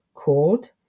called